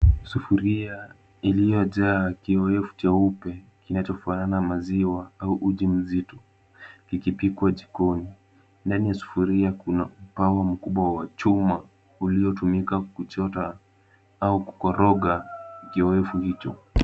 Sufuria iliyojaa kiowevu cheupe kinachofanana na maziwa au uji mzito kikipikwa jikoni. Ndani ya sufuria kuna upawa mkubwa wa chuma uliotumika kuchota au kukoroga kiowevu hicho.